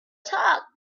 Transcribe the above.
talk